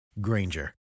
Granger